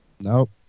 Nope